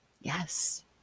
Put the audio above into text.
Yes